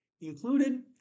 Included